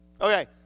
Okay